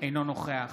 אינו נוכח